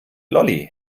lolli